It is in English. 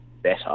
better